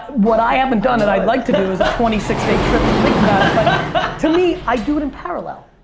what i haven't done and i'd like to do is a twenty six day trip to think about it but, to me, i do it in parallel.